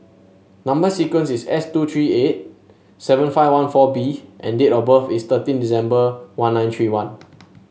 number sequence is S two three eight seven five one four B and date of birth is thirteen December one nine three one